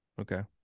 Okay